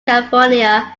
california